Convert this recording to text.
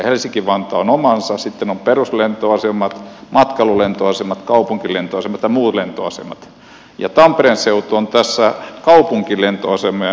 helsinki vantaa on omansa sitten on peruslentoasemat matkailulentoasemat kaupunkilentoasemat ja muut lentoasemat ja tampereen seutu on tässä kaupunkilentoasemien joukossa